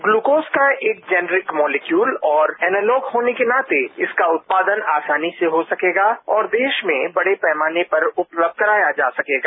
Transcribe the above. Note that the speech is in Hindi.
ग्लूकोज का एक जेनरिक मौलिक्यूल और एनालॉक होने के नाते इसका उत्पादन आसानी से हो सकेगा और देश में बड़े पैमाने पर उपलब्ध कराया जा सकेगा